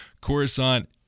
Coruscant